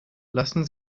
lassen